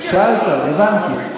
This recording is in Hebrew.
שאלת, הבנתי.